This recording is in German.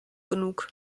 genug